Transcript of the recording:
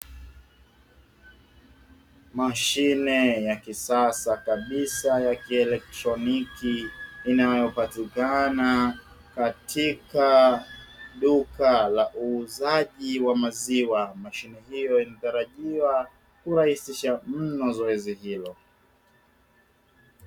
Mashine ya kisasa kabisa ya kielektroniki inayopatikana katika duka la uuzaji wa maziwa, mashine hiyo inatarajiwa kurahisisha mno zoezi hilo.